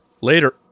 later